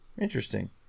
Interesting